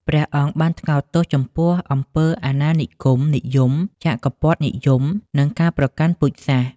ព្រះអង្គបានថ្កោលទោសចំពោះអំពើអាណានិគមនិយម ចក្រពត្តិនិយម និងការប្រកាន់ពូជសាសន៍។